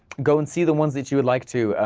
go and see the ones that you would like to,